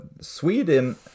Sweden